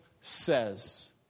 says